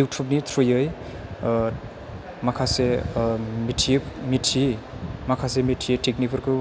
इउथुबनि थ्रुयै माखासे मिथियो मिथियो माखासे मिथियै टेकनिकफोरखौ